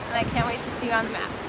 i can't wait to see you on the map